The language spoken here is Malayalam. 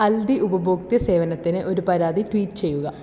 അൽദി ഉപഭോക്തൃ സേവനത്തിന് ഒരു പരാതി ട്വീറ്റ് ചെയ്യുക